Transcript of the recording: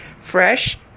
fresh